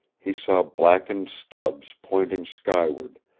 he saw blackened stubs pointing skyward,